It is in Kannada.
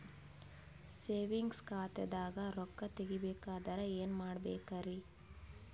ಸೇವಿಂಗ್ಸ್ ಖಾತಾದಾಗ ರೊಕ್ಕ ತೇಗಿ ಬೇಕಾದರ ಏನ ಮಾಡಬೇಕರಿ?